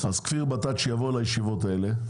אז שכפיר בטט יבוא לישיבות האלה.